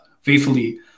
faithfully